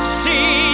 see